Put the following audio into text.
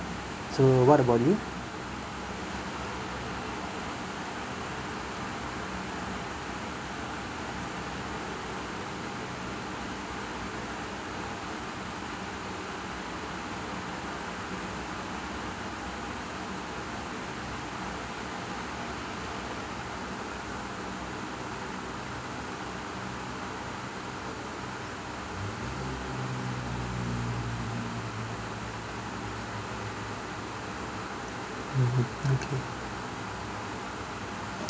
so what about you mmhmm okay